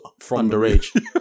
underage